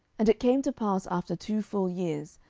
and it came to pass after two full years,